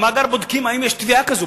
במאגר בודקים אם יש טביעה כזאת.